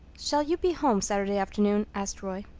shall you be home saturday afternoon? asked roy.